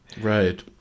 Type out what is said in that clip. Right